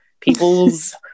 people's